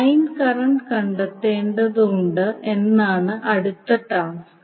line current കണ്ടെത്തേണ്ടതുണ്ട് എന്നതാണ് അടുത്ത ടാസ്ക്